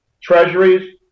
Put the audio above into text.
treasuries